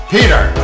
Peter